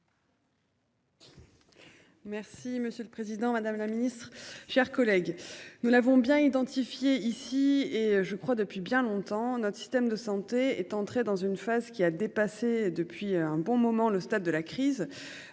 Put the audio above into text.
Merci, monsieur le Président Madame la Ministre, chers collègues, nous n'avons bien identifié ici et je crois depuis bien longtemps notre système de santé est entré dans une phase qui a dépassé depuis un bon moment le stade de la crise.